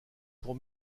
pour